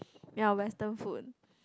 ya western food